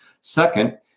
Second